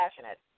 passionate